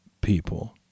people